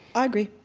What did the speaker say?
i agree